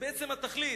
בעצם התכלית.